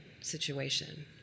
situation